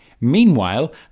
Meanwhile